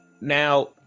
now